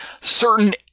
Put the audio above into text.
certain